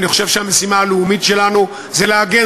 אני חושב שהמשימה הלאומית שלנו היא להגן